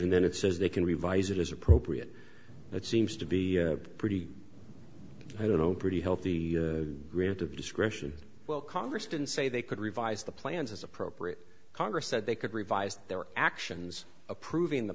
and then it says they can revise it is appropriate it seems to be pretty i don't know pretty healthy grant of discretion well congress didn't say they could revise the plans as appropriate congress said they could revise their actions approving the